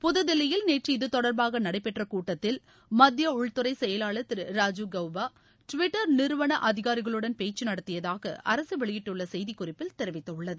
புதுதில்லியில் நேற்று இது தொடர்பாக நடைபெற்ற கூட்டத்தில் மத்திய உள்துறை செயலாளர் திரு ராஜிவ் கவுபா டிவிட்டர் நிறுவன அதிகாரிகளுடன் பேச்சு நடத்தியதாக அரசு வெளியிட்டுள்ள செய்தி குறிப்பில் தெரிவித்துள்ளது